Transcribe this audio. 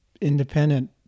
independent